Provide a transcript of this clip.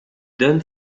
donne